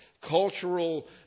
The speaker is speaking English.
cultural